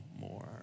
more